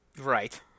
Right